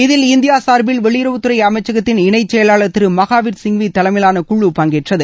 இதில் இந்தியா சார்பில் வெளியுறவுத்துறை அமைச்சகத்தின் இணைச் செயலாளர் திரு மகாவீர் சிங்வி தலைமையிலான குழு பங்கேற்றது